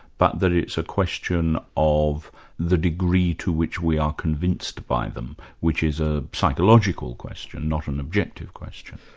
but that it's a question of the degree to which we are convinced by them, which is a psychological question, not an objective question.